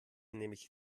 nämlich